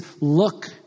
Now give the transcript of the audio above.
look